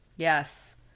Yes